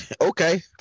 Okay